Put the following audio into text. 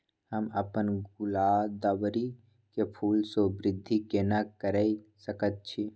हम अपन गुलदाबरी के फूल सो वृद्धि केना करिये सकेत छी?